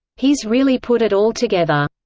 he's really put it all together.